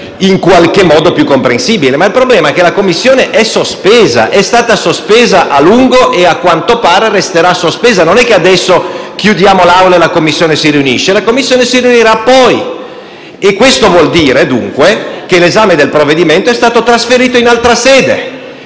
in qualche modo, più comprensibile. Il problema è che i lavori delle Commissioni sono sospesi, sono stati sospesi a lungo e, a quanto pare, resteranno sospesi. Non è che adesso chiudiamo l'Aula e le Commissioni si riuniscono: le Commissioni si riuniranno poi. Questo vuol dire che l'esame del provvedimento è stato trasferito in altra sede: